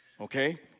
okay